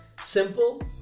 simple